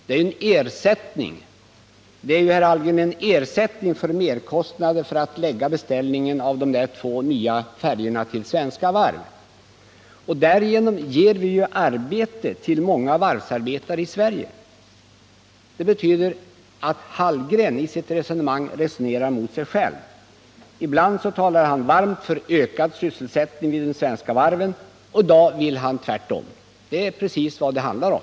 Detta belopp är, herr Hallgren, en ersättning för den merkostnad som uppstår på grund av att man lägger beställningen av de två nya färjorna till Svenska Varv. Därigenom ger vi arbete åt många varvsarbetare i Sverige. Herr Hallgren talar mot sig själv. Ibland talar han varmt för ökad sysselsättning inom de svenska varven, men i dag vill han tydligen det motsatta. Det är vad det handlar om.